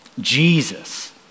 Jesus